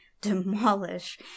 demolish